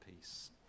peace